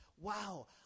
wow